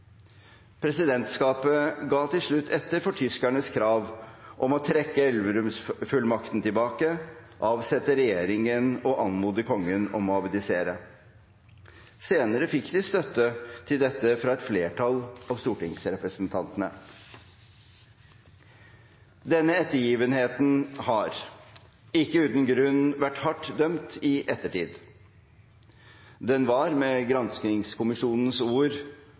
Presidentskapet ga til slutt etter for tyskernes krav om å trekke Elverumsfullmakten tilbake, avsette regjeringen og anmode kongen om å abdisere. Senere fikk de støtte til dette fra et flertall av stortingsrepresentantene. Denne ettergivenheten har ikke uten grunn vært hardt dømt i ettertid. Den var, med granskingskommisjonens ord,